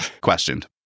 Questioned